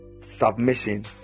submission